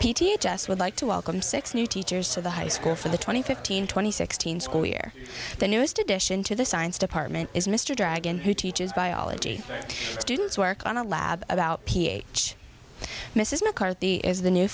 a just would like to welcome six new teachers to the high school for the twenty fifteen twenty sixteen school year the newest addition to the science department is mr dragon who teaches biology students work on a lab about ph mrs mccarthy is the new